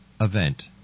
event